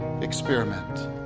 experiment